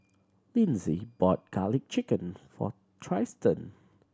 Linzy bought Garlic Chicken for Trystan